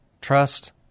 Trust